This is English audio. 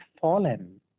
fallen